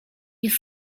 jest